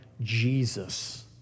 Jesus